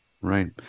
right